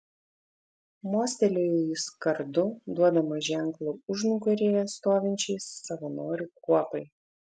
mostelėjo jis kardu duodamas ženklą užnugaryje stovinčiai savanorių kuopai